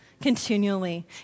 Continually